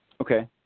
Okay